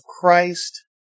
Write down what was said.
Christ